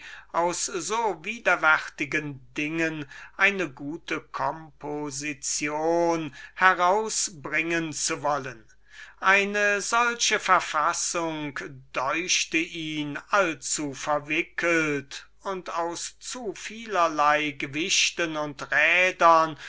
so widerwärtigen dingen eine gute komposition herausbringen zu wollen eine solche verfassung deuchte ihn allzuverwickelt und aus zu vielerlei gewichtern und rädern